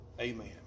amen